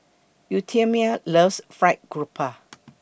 Euphemia loves Fried Garoupa